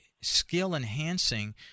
skill-enhancing